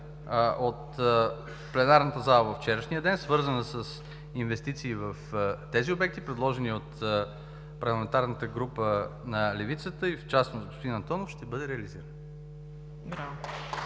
от пленарната зала във вчерашния ден, свързана с инвестиции в тези обекти, предложени от парламентарната група на левицата и в частност – на господин Антонов, ще бъде реализирана.